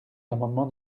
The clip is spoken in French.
l’amendement